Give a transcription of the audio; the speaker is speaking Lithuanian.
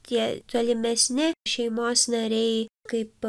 tie tolimesni šeimos nariai kaip